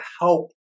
help